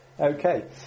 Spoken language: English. okay